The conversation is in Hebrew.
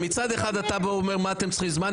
מצד אחד אתה אומר: מה אתם צריכים זמן?